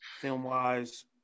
film-wise